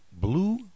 Blue